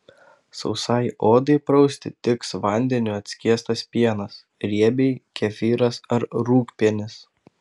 sausai odai prausti tiks vandeniu atskiestas pienas riebiai kefyras ar rūgpienis